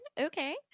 okay